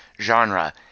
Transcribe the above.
genre